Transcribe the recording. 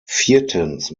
viertens